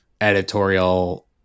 editorial